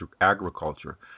agriculture